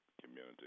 community